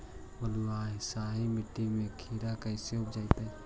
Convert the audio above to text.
बालुसाहि मट्टी में खिरा कैसे उपजतै?